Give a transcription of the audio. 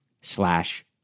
slash